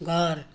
घर